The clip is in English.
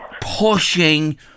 pushing